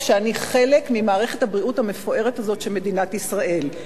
ההצעה מוגשת דווקא בשל עשייה אקטיבית,